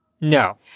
No